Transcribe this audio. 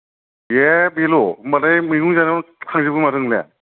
ए बेल' होमबालाय मैगं जानायावनो थांजोबगोन माथो नोंना